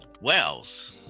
Wells